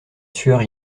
sueur